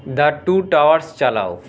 দা two towers চালাও